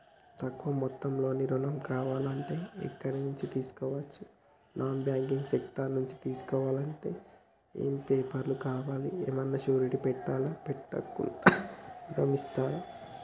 తక్కువ మొత్తంలో ఋణం కావాలి అంటే ఎక్కడి నుంచి తీసుకోవచ్చు? నాన్ బ్యాంకింగ్ సెక్టార్ నుంచి తీసుకోవాలంటే ఏమి పేపర్ లు కావాలి? ఏమన్నా షూరిటీ పెట్టాలా? పెట్టకుండా ఋణం ఇస్తరా?